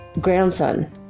grandson